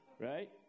right